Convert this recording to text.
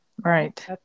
right